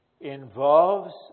involves